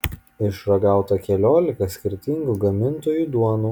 išragauta keliolika skirtingų gamintojų duonų